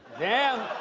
damn.